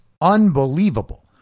unbelievable